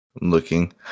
looking